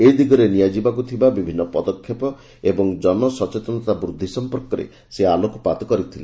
ଏ ଦିଗରେ ନିଆଯିବାକୁ ଥିବା ବିଭିନ୍ନ ପଦକ୍ଷେପ ଏବଂ ଜନସଚେତନତା ବୃଦ୍ଧି ସମ୍ପର୍କରେ ସେ ଆଲୋକପାତ କରିଥିଲେ